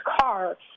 car